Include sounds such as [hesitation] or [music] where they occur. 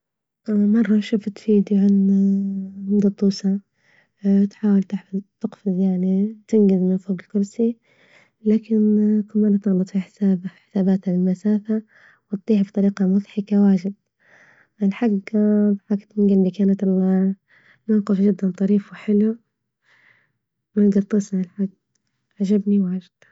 مرة شفت فيديو عن جطوسة تحاول تحف تقفز يعني تنجز من فوج الكرسي لكن مانها طالت في حسابها في حساباتها المسافة وتطيح بطريقة مضحكة واجد، الحج ضحكتني من جلبي كانت ال [hesitation] الموقف جدا طريف وحلو من جطوسة هالحج عجبني واجد.